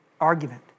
argument